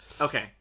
Okay